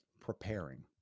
preparing